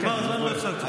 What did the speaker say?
נגמר הזמן, לא הפסקתי אותך.